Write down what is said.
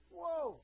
whoa